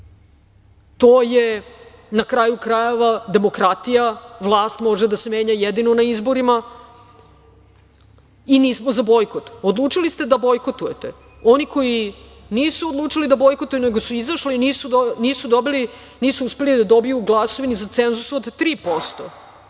To je, na kraju krajeva, demokratija. Vlast može da se menja jedino na izborima i nismo za bojkot. Odlučili ste da bojkotujete. Oni koji nisu odlučili da bojkotuju, nego su izašli, nisu uspeli da dobiju glasove ni za cenzus od 3%.